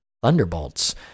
thunderbolts